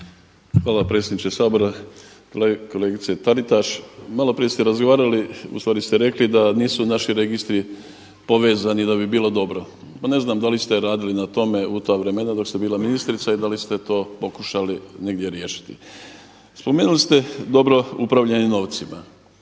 Hvala predsjedniče Sabora. Kolegice TAritaš. Malo prije ste razgovarali ustvari ste rekli da nisu naši registri povezani da bi bilo dobro. Pa ne znam da li ste radili na tome u ta vremena dok ste bila ministrica i da li ste to pokušali negdje riješiti. Spomenuli ste dobro upravljanje novcima,